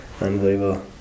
Unbelievable